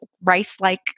rice-like